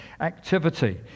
activity